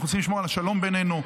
אנחנו צריכים לשמור על השלום בינינו.